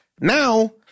now